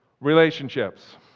Relationships